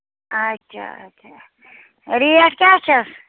اچھا اَچھا ریٹ کیٛاہ چھَس